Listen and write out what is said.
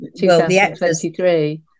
2023